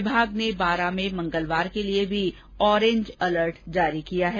विभाग ने बारा में मंगलवार के लिए भी ऑरेंज अलर्ट जारी किया है